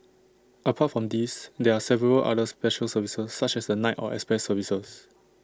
apart from these there are several other special services such as the night or express services